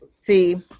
see